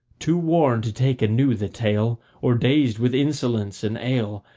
too worn to take anew the tale, or dazed with insolence and ale,